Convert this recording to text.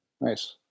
Nice